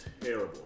terrible